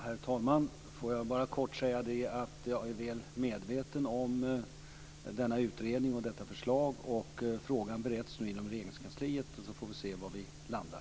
Herr talman! Jag är väl medveten om denna utredning och detta förslag. Frågan bereds nu inom Regeringskansliet. Sedan får vi se var vi landar.